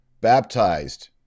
baptized